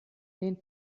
den